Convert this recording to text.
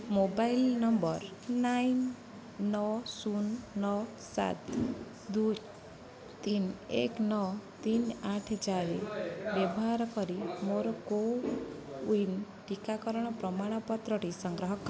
mobile number nine ନଅ ଶୂନ ନଅ ସାତ ଦୁଇ ତିନି ଏକ ନଅ ତିନି ଆଠେ ଚାରି ବ୍ୟବହାର କରି ମୋର କୋୱିନ୍ ଟିକାକରଣ ପ୍ରମାଣପତ୍ରଟି ସଂଗ୍ରହ କର